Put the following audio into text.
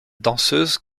danseuse